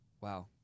Wow